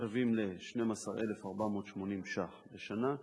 השווים ל-12,480 ש"ח לשנה.